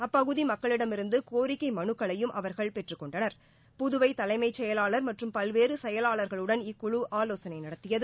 அப்பகுதி மக்களிடமிருந்து கோரிக்கை மனுக்களையும் அவர்கள் பெற்றுக் கொண்டனர் புதுவை தலைமைச் செயலாளர் மற்றும் பல்வேறு செயலாளர்களுடன் இக்குழு ஆலோசனை நடத்தியது